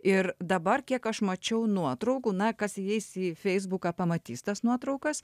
ir dabar kiek aš mačiau nuotraukų na kas įeis į feisbuką pamatys tas nuotraukas